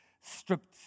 stripped